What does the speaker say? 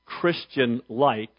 Christian-like